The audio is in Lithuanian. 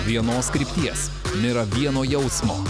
vienos krypties nėra vieno jausmo